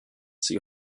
sie